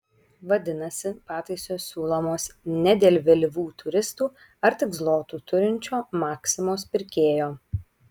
vadinasi pataisos siūlomos ne dėl vėlyvų turistų ar tik zlotų turinčio maksimos pirkėjo